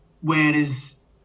Whereas